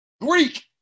Greek